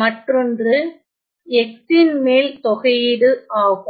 மற்றோன்று x ன் மேல் தொகையீடு ஆகும்